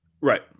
right